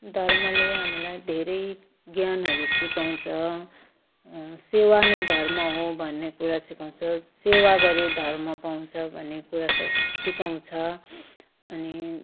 धर्मले हामीलाई धेरै ज्ञानहरू सिकाउँछ सेवा नै धर्म हो भन्ने कुरा सिकाउँछ सेवा गरे धर्म पाउँछ भन्ने कुरा स सिकाउँछ अनि